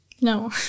No